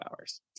hours